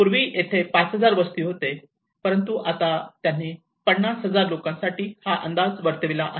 पूर्वी येथे केवळ 5000 वस्ती होते परंतु आता त्यांनी 50000 लोकांसाठी हा अंदाज वर्तविला आहे